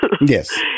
Yes